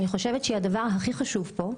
אני חושבת שזה הדבר החשוב ביותר.